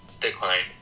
Decline